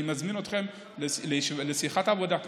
אני מזמין אתכם לשיחת עבודה,